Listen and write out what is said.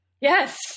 Yes